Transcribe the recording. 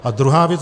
A druhá věc.